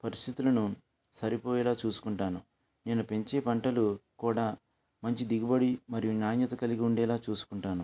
పరిస్థితులను సరిపోయేలా చూసుకుంటాను నేను పెంచే పంటలు కూడా మంచి దిగుబడి మరియు నాణ్యత కలిగి ఉండేలా చూసుకుంటాను